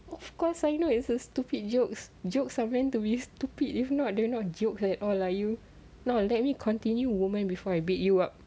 of course I know it's a stupid joke jokes are meant to be stupid if not do not joke at all lah you now let me continue woman before I beat you up